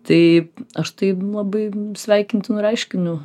tai aš tai labai sveikintinu reiškiniu